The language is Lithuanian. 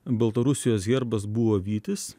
baltarusijos herbas buvo vytis